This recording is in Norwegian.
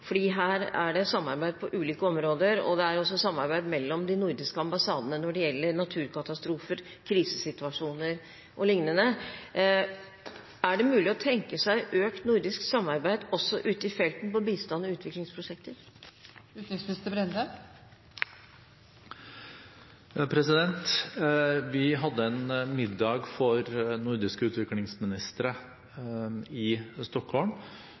Her er det samarbeid på ulike områder, og det er også samarbeid mellom de nordiske ambassadene når det gjelder naturkatastrofer, krisesituasjoner o.l. Er det mulig å tenke seg økt nordisk samarbeid også ute i felten når det gjelder bistand og utviklingsprosjekter? Vi hadde en middag for nordiske utviklingsministre i Stockholm,